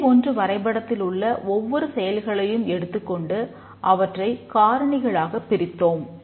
நிலை 1 வரைபடத்திலுள்ள ஒவ்வொரு செயல்களையும் எடுத்துக் கொண்டு அவற்றை காரணிகளாகப்பிரித்தோம்